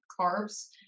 carbs